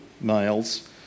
males